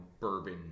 bourbon